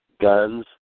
guns